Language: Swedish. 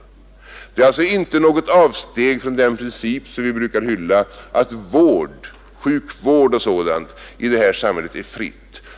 Det är alltså inte något avsteg från den princip som vi brukar hylla: att vård — sjukvård och sådant — i det här samhället är fri.